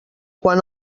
quan